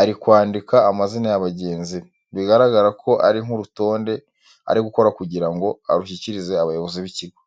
ari kwandika amazina ya bagenzi be, bigaragara ko ari nk'urutonde ari gukora kugira ngo arushyikirize abayobozi b'ikigo.